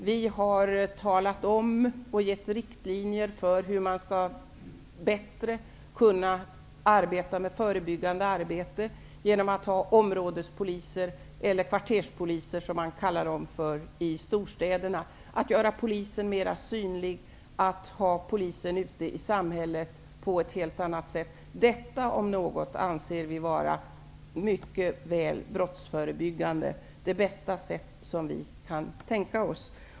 Vi har talat om och gett riktlinjer för hur det förebyggande arbetet skall kunna förbättras med hjälp av områdespoliser. I storstäderna kallas de för kvarterspoliser. Polisen skall göras mer synlig, och polisen skall finnas ute i samhället på ett helt annat sätt. Detta anser vi vara mycket väl brottsförebyggande. Det är det bästa sättet vi kan tänka oss.